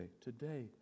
today